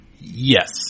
Yes